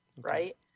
right